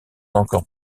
encore